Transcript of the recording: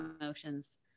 emotions